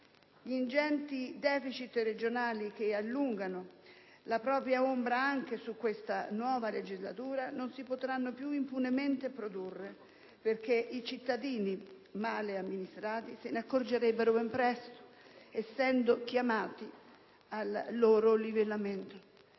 Gli ingenti deficit regionali, che allungano la propria ombra anche su questa nuova legislazione, non si potranno più impunemente produrre perché i cittadini male amministrati se ne accorgerebbero ben presto, essendo chiamati al loro livellamento.